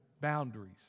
boundaries